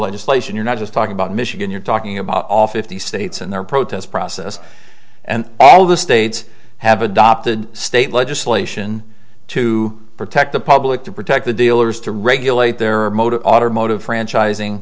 legislation you're not just talking about michigan you're talking about all fifty states and there are protests process and all the states have adopted state legislation to protect the public to protect the dealers to regulate their motor automotive franchising